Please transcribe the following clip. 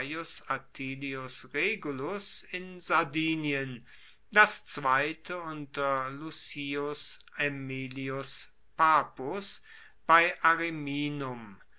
atilius regulus in sardinien das zweite unter lucius aemilius papus bei ariminum